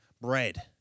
bread